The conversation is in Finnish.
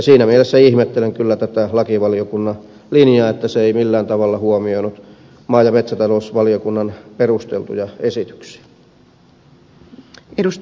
siinä mielessä ihmettelen kyllä tätä lakivaliokunnan linjaa että se ei millään tavalla huomioinut maa ja metsätalousvaliokunnan perusteltuja esityksiä